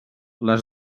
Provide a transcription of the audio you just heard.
les